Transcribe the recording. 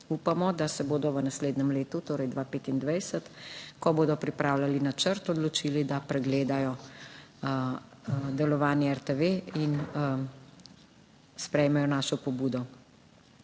Upamo, da se bodo v naslednjem letu, torej 2025, ko bodo pripravljali načrt, odločili, da pregledajo delovanje RTV in sprejmejo našo pobudo.